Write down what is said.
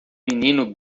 menino